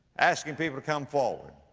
asking people to come forward.